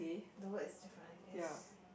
the word is different I guess